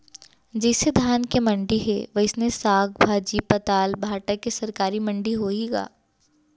जइसे धान के मंडी हे, वइसने साग, भाजी, पताल, भाटा के सरकारी मंडी होही का?